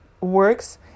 works